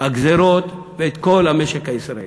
הגזירות ואת כל המשק הישראלי.